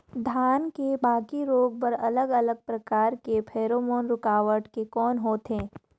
धान के बाकी रोग बर अलग अलग प्रकार के फेरोमोन रूकावट के कौन होथे?